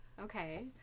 Okay